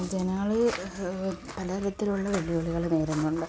ജനങ്ങളീ പലതരത്തിലുള്ള വെല്ലുവിളികൾ നേരിടുന്നുണ്ട്